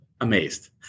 amazed